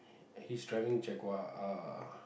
he he's driving Jaguar uh